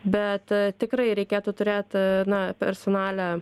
bet tikrai reikėtų turėt na personalią